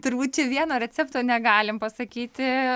turbūt čia vieno recepto negalim pasakyti